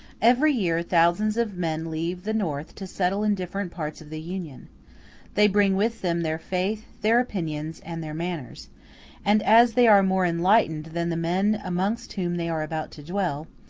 every year, thousands of men leave the north to settle in different parts of the union they bring with them their faith, their opinions, and their manners and as they are more enlighthned than the men amongst whom they are about to dwell,